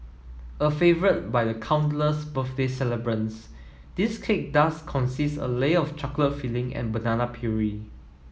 a favourite by countless birthday celebrants this cake does consist a layer of chocolate filling and banana puree